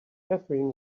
catherine